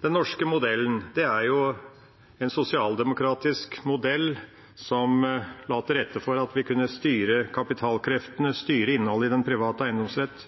Den norske modellen er en sosialdemokratisk modell som la til rette for at vi kunne styre kapitalkreftene, styre innholdet i den private eiendomsrett.